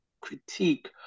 critique